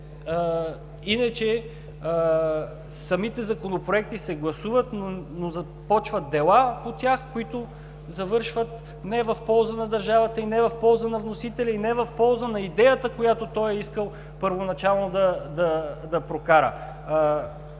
иначе самите законопроекти се гласуват, но започват дела по тях, които завършват не в полза на държавата, не в полза на вносителя и не в полза на идеята, която той е искал първоначално да прокара.